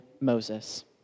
Moses